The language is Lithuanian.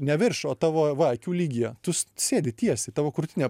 ne virš o tavo va akių lygyje tu sėdi tiesiai tavo krūtinė